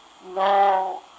no